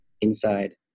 inside